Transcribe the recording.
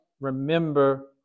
remember